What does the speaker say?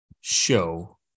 show